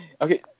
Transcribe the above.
Okay